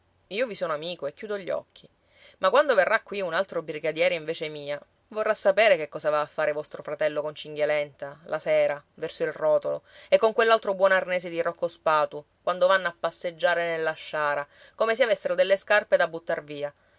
io vi sono amico e chiudo gli occhi ma quando verrà qui un altro brigadiere in vece mia vorrà sapere che cosa va a fare vostro fratello con cinghialenta la sera verso il rotolo e con quell'altro buon arnese di rocco spatu quando vanno a passeggiare nella sciara come se avessero delle scarpe da buttar via